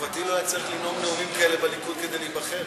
בתקופתי לא היה צריך לנאום נאומים כאלה בליכוד כדי להיבחר,